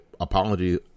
Apology